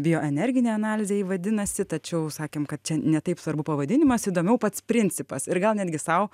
bio energinė analizė ji vadinasi tačiau sakėm kad čia ne taip svarbu pavadinimas įdomiau pats principas ir gal netgi sau